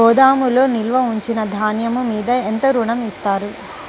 గోదాములో నిల్వ ఉంచిన ధాన్యము మీద ఎంత ఋణం ఇస్తారు?